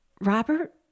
Robert